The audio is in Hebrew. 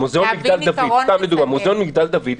במוזיאון מגדל דוד,